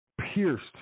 pierced